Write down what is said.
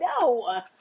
No